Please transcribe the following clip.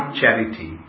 charity